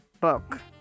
book